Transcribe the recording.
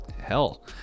hell